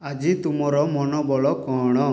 ଆଜି ତୁମର ମନୋବଳ କ'ଣ